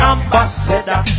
Ambassador